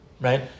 Right